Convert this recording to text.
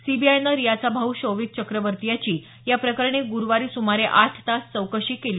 सीबीआयने रियाचा भाऊ शौविक चक्रवर्ती याची या प्रकरणी ग्रुवारी सुमारे आठ तास चौकशी केली